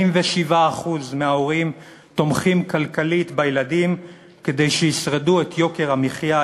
87% מההורים תומכים כלכלית בילדים כדי שישרדו את יוקר המחיה,